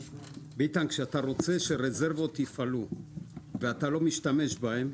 כשאתה רוצה שרזרבות יפעלו ואתה לא משתמש בהן,